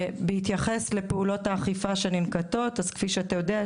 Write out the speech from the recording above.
בהתייחס לפעולות האכיפה שננקטות: אז כפי שאתה יודע,